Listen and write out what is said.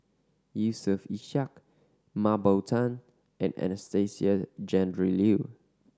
Yusof Ishak Mah Bow Tan and Anastasia Tjendri Liew